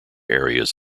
areas